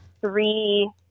three